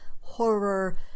horror